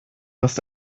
hast